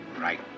Right